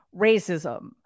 racism